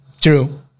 True